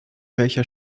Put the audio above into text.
welcher